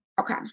Okay